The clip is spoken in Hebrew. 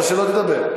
או שלא תדבר.